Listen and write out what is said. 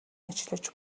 ажиллаж